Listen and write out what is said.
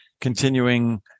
continuing